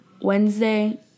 Wednesday